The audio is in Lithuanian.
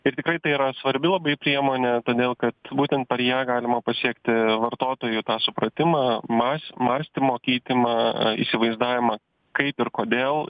ir tikrai tai yra svarbi labai priemonė todėl kad būtent per ją galima pasiekti vartotojų tą supratimą mas mąstymo keitimą įsivaizdavimą kaip ir kodėl